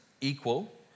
equal